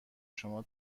شما